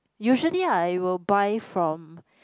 usually I will buy from